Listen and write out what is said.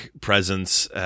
presence